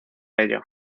ello